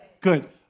Good